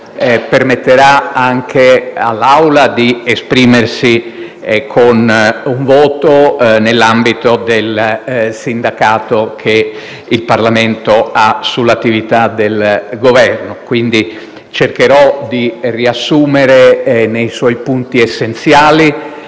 permetteranno anche all'Assemblea di esprimersi, con un voto nell'ambito del sindacato che il Parlamento ha sull'attività del Governo. Cercherò quindi di riassumere, nei suoi punti essenziali,